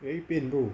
very pain bro